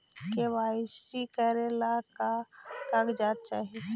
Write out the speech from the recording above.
KYC करे ला का का कागजात चाही?